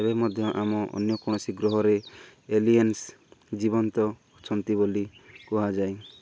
ଏବେ ମଧ୍ୟ ଆମ ଅନ୍ୟ କୌଣସି ଗ୍ରହରେ ଏଲିଏନ୍ସ ଜୀବନ୍ତ ଅଛନ୍ତି ବୋଲି କୁହାଯାଏ